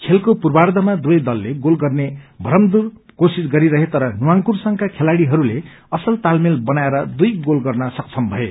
खेलको पूर्वार्डमा दुवै दलले गोल गर्ने भरमग्दूर कोशिश गरिरहे तर नवांकुर संघका खेलाड़ीहरूले असल तालमेल बनाएर दुईगोल गर्न सक्षम भए